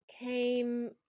came